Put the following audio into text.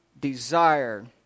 desire